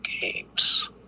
games